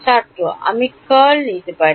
ছাত্র আমরা কি কার্ল নিতে পারি